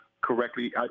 correctly